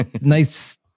nice